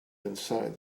inside